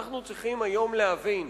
אנחנו צריכים היום להבין